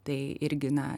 tai irgi na